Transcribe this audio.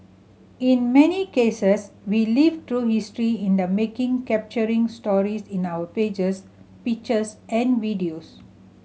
in many cases we live through history in the making capturing stories in our pages pictures and videos